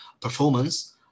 performance